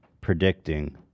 predicting